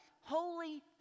holy